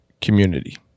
community